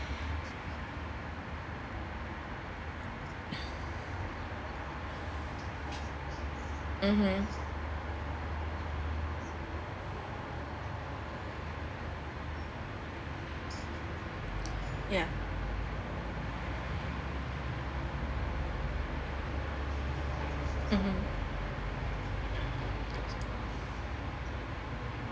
mmhmm yeah mmhmm